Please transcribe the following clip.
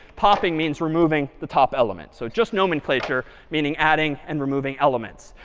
popping means removing the top element. so it's just nomenclature meaning adding and removing elements.